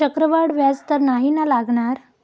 चक्रवाढ व्याज तर नाही ना लागणार?